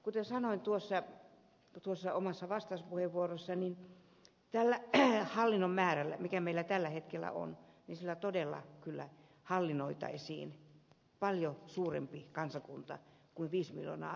kuten sanoin vastauspuheenvuorossani tällä hallinnon määrällä mikä meillä tällä hetkellä on sillä todella kyllä hallinnoitaisiin paljon suurempi kansakunta kuin viisi miljoonaa asukasta